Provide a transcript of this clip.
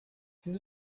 diese